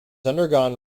undergone